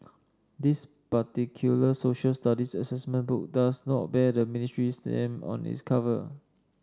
this particular Social Studies assessment book does not bear the ministry stamp on its cover